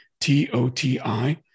T-O-T-I